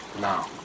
now